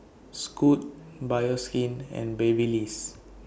Scoot Bioskin and Babyliss